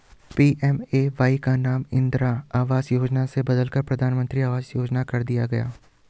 PMAY का नाम इंदिरा आवास योजना से बदलकर प्रधानमंत्री आवास योजना कर दिया गया